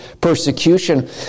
persecution